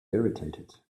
irritated